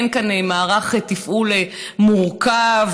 אין כאן מערך תפעול מורכב.